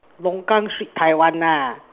longkang street Taiwan nah